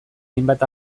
hainbat